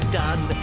done